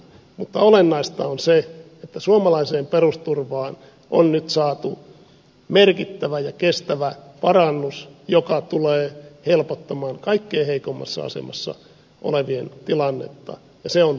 mutta olennaista on se että suomalaiseen perusturvaan on nyt saatu merkittävä ja kestävä parannus joka tulee helpottamaan kaikkein heikoimmassa asemassa olevien tilannetta ja se on suuri saavutus